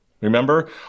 Remember